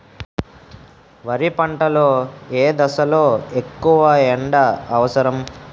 వరి పంట లో ఏ దశ లొ ఎక్కువ ఎండా అవసరం?